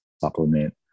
supplement